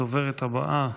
הדובר הבא,